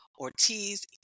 Ortiz